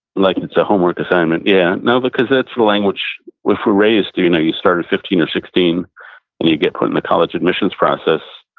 like it's a homework assignment, yeah. no, because that's the language which we're raised. you you know, you start at fifteen or sixteen and you get put in the college admissions process.